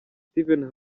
steven